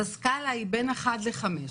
הסקלה היא בין 1 ל-5.